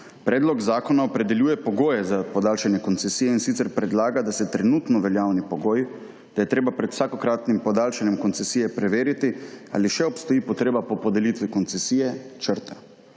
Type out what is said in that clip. Predlog zakona opredeljuje pogoje za podaljšanje koncesije. In sicer predlaga, da se trenutno veljavni pogoj, da je treba pred vsakokratnim podaljšanjem koncesije preveriti ali še obstoji potreba po podelitvi koncesije črta.